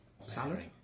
salary